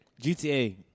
GTA